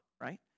right